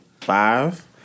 five